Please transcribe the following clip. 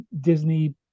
Disney